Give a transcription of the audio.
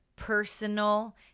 personal